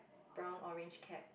brown orange cap